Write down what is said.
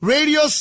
Radio